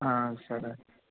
సరే